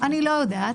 אני לא יודעת.